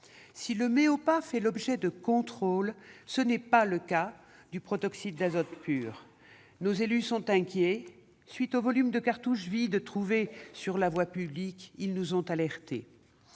Si le Méopa fait l'objet de contrôle, ce n'est pas le cas du protoxyde d'azote pur. Nos élus sont inquiets : au regard du volume de cartouches vides trouvées sur la voie publique, ils nous ont alertés.